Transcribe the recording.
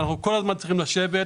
אנחנו כל הזמן צריכים לשבת,